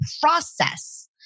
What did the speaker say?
process